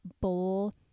bowl